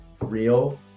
real